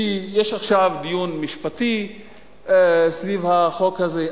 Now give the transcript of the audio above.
כי יש עכשיו דיון משפטי סביב החוק הזה,